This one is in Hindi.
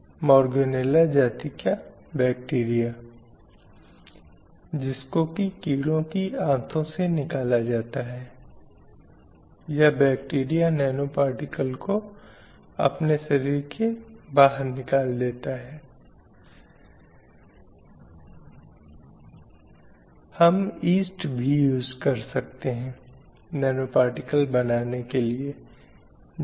आप जानते हैं कि वह विभिन्न प्रकार के घरेलू कामों में लिप्त है क्योंकि वही भूमिका उनसे अपेक्षित है अब वह वही भूमिका है वही व्यवहार है जो उसकी लैंगिकता के अनुकूल है और उसी प्रकार समाज मानदंड संबंधी निर्णय लेता है